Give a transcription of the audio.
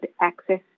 access